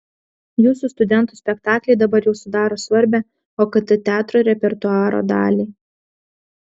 jūsų studentų spektakliai dabar jau sudaro svarbią okt teatro repertuaro dalį